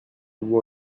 vous